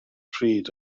pryd